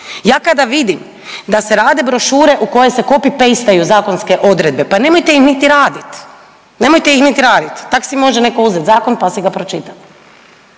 Ja kada vidim da se rade brošure u koje se kopi-pestaju zakonske odredbe pa nemojte ih niti radit, nemojte ih niti radi, tak si neko može uzet zakon pa si ga pročitat.